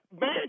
man